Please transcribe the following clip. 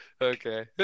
Okay